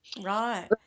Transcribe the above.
Right